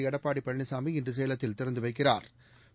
எடப்பாடி பழனிசாமி இன்று சேலத்தில் திறந்து வைக்கிறாா்